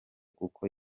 kuko